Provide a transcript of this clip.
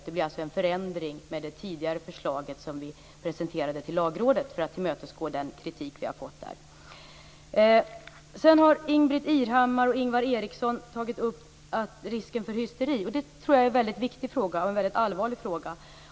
Det blir alltså en förändring jämfört med det tidigare förslaget som vi presenterade för Lagrådet, för att tillmötesgå den kritik som vi har fått därifrån. Ingbritt Irhammar och Ingvar Eriksson har tagit upp frågan om risken för hysteri. Det tror jag är en mycket viktig och allvarlig fråga.